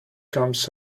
comes